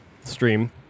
stream